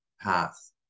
path